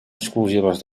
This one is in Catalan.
exclusives